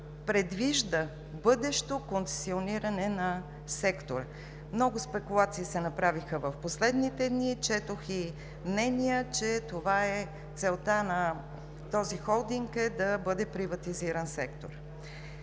предвижда бъдещо концесиониране на сектора. Много спекулации се направиха в последните дни, четох и мнения, че целта на този холдинг е да бъде приватизиран секторът.